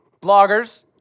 Bloggers